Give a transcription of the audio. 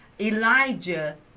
Elijah